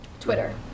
Twitter